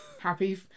happy